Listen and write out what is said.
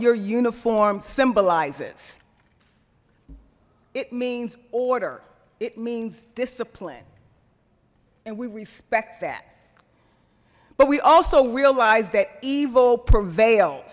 your uniform symbolizes it means order it means discipline and we respect that but we also realize that evil prevail